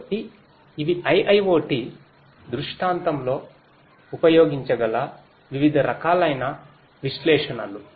కాబట్టి ఇవి IIoTదృష్టాంతంలోఉపయోగించగల వివిధ రకాలైన విశ్లేషణలు